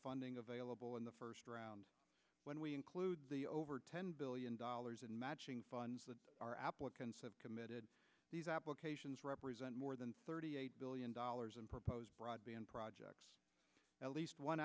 funding available in the first round when we include the over ten billion dollars in matching funds that are applicants have committed these applications represent more than thirty billion dollars in proposed projects at least one